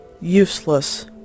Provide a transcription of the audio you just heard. useless